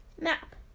map